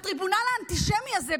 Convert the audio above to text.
הטריבונל האנטישמי הזה,